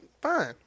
Fine